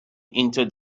into